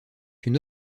une